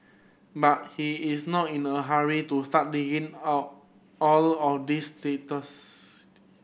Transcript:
but he is not in a hurry to start digging out all of these